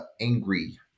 angry